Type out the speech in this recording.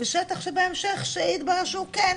ושטח שבהמשך שיתברר שהוא כן,